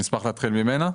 נשמח להתחיל ממנה.